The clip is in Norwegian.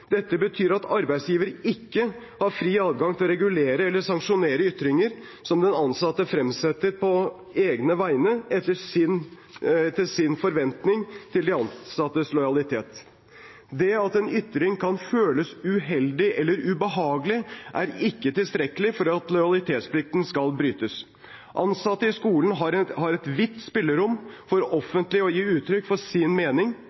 Dette betyr at arbeidsgiver, etter sin forventning til de ansattes lojalitet, ikke har fri adgang til å regulere eller sanksjonere ytringer som den ansatte fremsetter på egne vegne. Det at en ytring kan føles uheldig eller ubehagelig, er ikke tilstrekkelig for at lojalitetsplikten skal brytes. Ansatte i skolen har et vidt spillerom for offentlig å gi uttrykk for sin mening